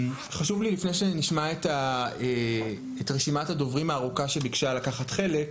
חשוב לי לפני שנשמע את רשימת הדוברים הארוכה שביקשה לקחת חלק,